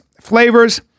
flavors